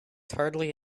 hardly